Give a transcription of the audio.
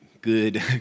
good